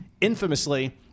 infamously